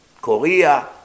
Korea